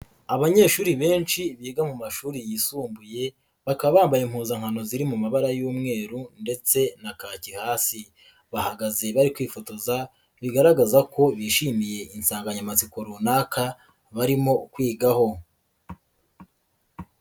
Abanyeshuri benshi biga mu mashuri yisumbuye, bakaba bambaye impuzankano ziri mu mabara y'umweru ndetse na kake hasi. Bahagaze bari kwifotoza bigaragaza ko bishimiye insanganyamatsiko runaka barimo kwigaho.